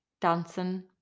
dancing